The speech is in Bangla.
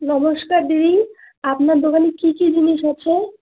নমস্কার দিদি আপনার দোকানে কী কী জিনিস আছে